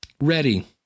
Ready